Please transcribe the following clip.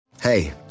Hey